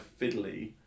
fiddly